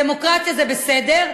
דמוקרטיה זה בסדר,